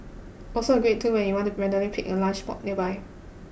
also a great tool when you want to randomly pick a lunch spot nearby